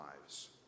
lives